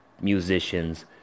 musicians